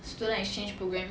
student exchange programme